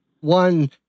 one